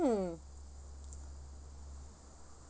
mm